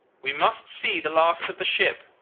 we must see the last of the ship